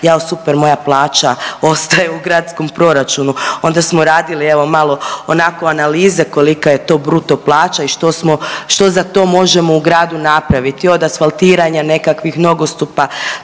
jao super, moja plaća ostaje u gradskom proračunu. Onda smo radili evo malo onako analize kolika je to bruto plaća i što smo, što za to možemo u gradu napraviti od asfaltiranja nekakvih nogostupa.